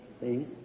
see